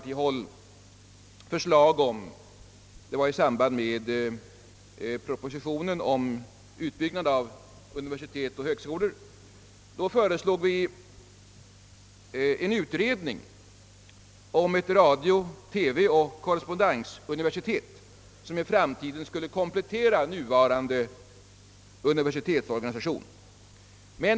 I samband med propositionen om utbyggnaden av universitet och högskolor framlade folkpartiet förslag om en utredning om ett radio-, TV och korrespondensuniversitet, som i framtiden skulle komplettera nuvarande universitetsorganisation.